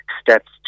steps